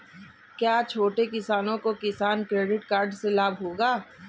क्या छोटे किसानों को किसान क्रेडिट कार्ड से लाभ होगा?